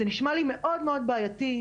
זה נשמע לי מאוד מאוד בעייתי.